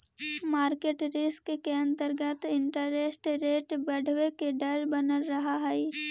market risk के अंतर्गत interest rate बढ़वे के डर बनल रहऽ हई